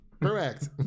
correct